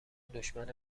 دشمن